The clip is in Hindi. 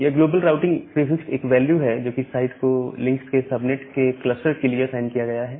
यह ग्लोबल राउटिंग प्रीफिक्स एक वैल्यू है जो कि साइट को लिंक्स के सबनेट्स के क्लस्टर के लिए असाइन किया गया है